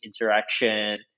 interaction